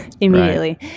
immediately